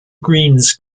greens